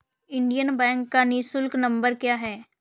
Indian bank का निःशुल्क number क्या है?